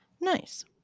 Nice